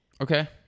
Okay